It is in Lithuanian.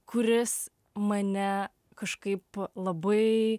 kuris mane kažkaip labai